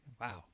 Wow